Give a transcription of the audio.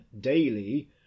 daily